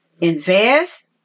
invest